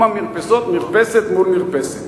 המרפסות.